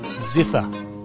zither